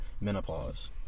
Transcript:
menopause